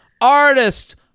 artist